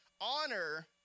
Honor